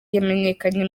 wamenyekanye